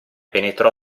penetrò